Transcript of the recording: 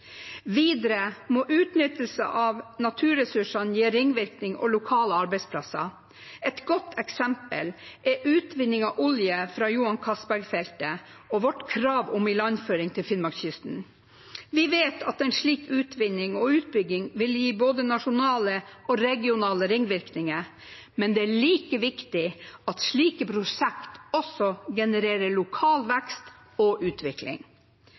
Videre må utnyttelse av naturressursene gi ringvirkninger og lokale arbeidsplasser. Et godt eksempel er utvinning av olje fra Johan Castberg-feltet og vårt krav om ilandføring til Finnmarkskysten. Vi vet at en slik utvinning og utbygging vil gi både nasjonale og regionale ringvirkninger, men det er like viktig at slike prosjekt også genererer lokal vekst og utvikling.